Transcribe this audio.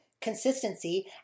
consistency